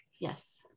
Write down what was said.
Yes